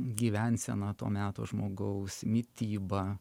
gyvensena to meto žmogaus mityba